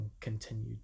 continued